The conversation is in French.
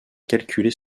calculer